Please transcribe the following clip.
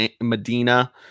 Medina